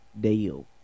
deal